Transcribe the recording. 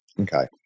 Okay